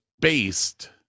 based